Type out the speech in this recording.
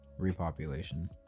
Repopulation